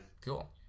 Cool